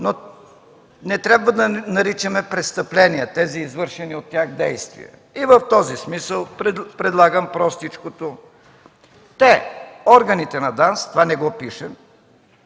но не трябва да наричаме „престъпления” тези, извършени от тях, действия. В този смисъл предлагам простичкото: „те”, органите на ДАНС – това не го пишем,